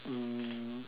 um